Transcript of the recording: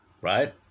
Right